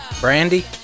Brandy